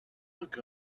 look